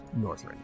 Northrend